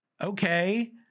Okay